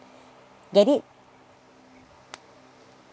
get it